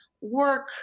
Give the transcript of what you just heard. work